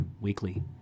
Weekly